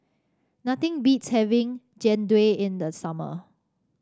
nothing beats having Jian Dui in the summer